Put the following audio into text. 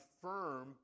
affirm